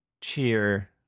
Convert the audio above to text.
cheer